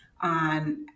on